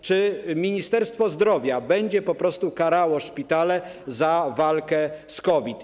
Czy Ministerstwo Zdrowia będzie po prostu karało szpitale za walkę z COVID?